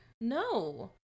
No